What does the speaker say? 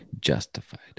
justified